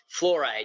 fluoride